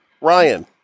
Ryan